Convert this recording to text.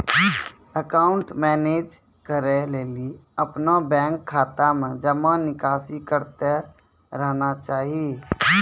account manage करै लेली अपनो बैंक खाता मे जमा निकासी करतें रहना चाहि